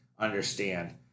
understand